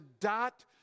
dot